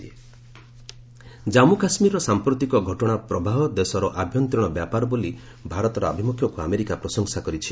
US JK Jammu କାଶ୍ମୀରର ସାଂପ୍ରତିକ ଘଟଣା ପ୍ରବାହ ଦେଶର ଆଭ୍ୟନ୍ତରୀଣ ବ୍ୟାପାର ବୋଲି ଭାରତର ଆଭିମୁଖ୍ୟକୁ ଆମେରିକା ପ୍ରଶଂସା କରିଛି